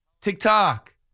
TikTok